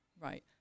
Right